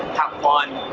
have fun,